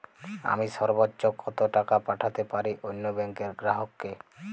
আমি সর্বোচ্চ কতো টাকা পাঠাতে পারি অন্য ব্যাংকের গ্রাহক কে?